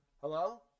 Hello